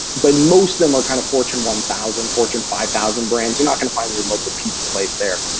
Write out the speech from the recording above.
but most of them are kind of fortune one thousand, fortune five thousand brands. you're not gonna find your local pizza place there.